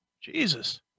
Jesus